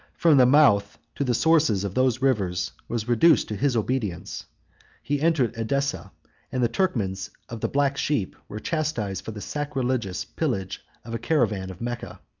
from the mouth to the sources of those rivers, was reduced to his obedience he entered edessa and the turkmans of the black sheep were chastised for the sacrilegious pillage of a caravan of mecca.